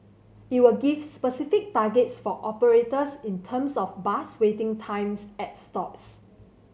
it will give specific targets for operators in terms of bus waiting times at stops